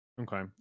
okay